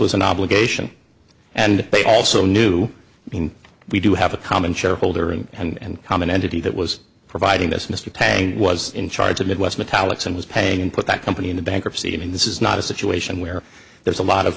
was an obligation and they also knew he we do have a common shareholder and common entity that was providing this mr tang was in charge of midwest metallics and was paying and put that company into bankruptcy i mean this is not a situation where there's a lot of